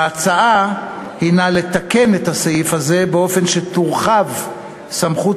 ההצעה הנה לתקן את הסעיף הזה באופן שתורחב סמכות